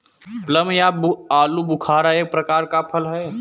plum या आलूबुखारा एक प्रकार का फल है